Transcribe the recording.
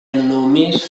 només